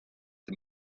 the